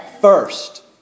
First